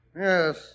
Yes